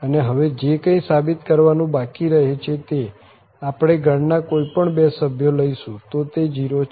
અને હવે જે કંઈ સાબિત કરવાનું બાકી રહે છે તે આપણે ગણ ના કોઈ પણ બે સભ્યો લઈશું તો તે 0 છે